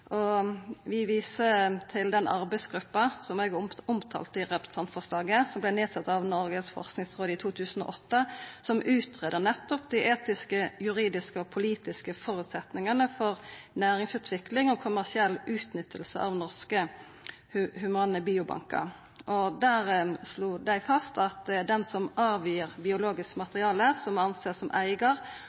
Vi viser til den arbeidsgruppa som er omtalt i representantforslaget, og som vart nedsett av Noregs forskingsråd i 2008, som utgreier nettopp dei etiske, juridiske og politiske føresetnadene for næringsutvikling og kommersiell utnytting av norske humane biobankar. Dei slo fast at det er den som avgir biologisk materiale, som vert rekna som eigar,